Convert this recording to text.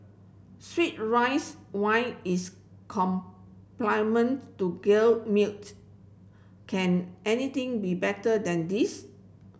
sweet rice wine is to can anything be better than this